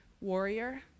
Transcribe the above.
warrior